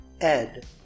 Ed